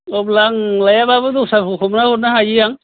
अब्ला आं लायहैयाबाबो गुबुनखौ हमना हरनो हायो आं